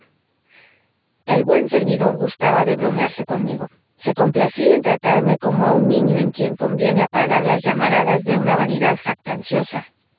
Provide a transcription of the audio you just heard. el buen servidor gustaba de bromearse conmigo se complacía en tratarme como a un niño en quien conviene apagar las llamaradas de una vanidad jactanciosa